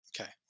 Okay